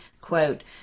quote